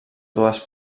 dues